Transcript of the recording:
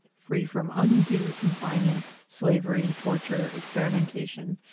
free from undue confinement, slavery, torture, experimentation,